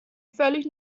völlig